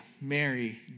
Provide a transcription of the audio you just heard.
Mary